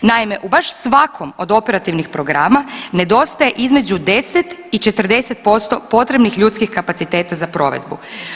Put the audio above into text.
Naime, u baš svakom od operativnih programa, nedostaje između 10 i 40% potrebnih ljudskih kapaciteta za provedbu.